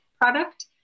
product